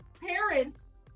parents